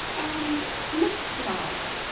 and next slide.